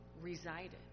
resided